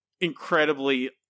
incredibly